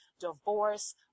divorce